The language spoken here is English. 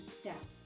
steps